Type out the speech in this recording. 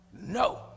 no